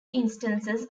instances